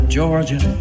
Georgia